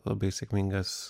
labai sėkmingas